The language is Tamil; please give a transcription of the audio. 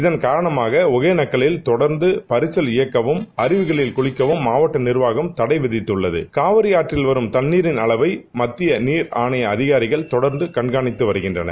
இதன் காரணமாக இகேளக்கலில் தொடர்ந்து பைசல் இயக்கவும் அருவிகளில் குளிக்கவும் மாவட்ட நீர்வாகம் தடை விதித்தள்ளது காவிரி ஆற்றில் வரும் தண்ணின் அளவை மத்திய நீர் ஆணைய அதிகாரிகள் கொடர்ந்து கண்காணிக்க வருகின்றனர்